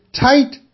tight